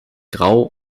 grau